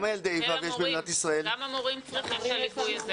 גם המורים צריכים את הליווי הזה.